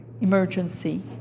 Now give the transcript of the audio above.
emergency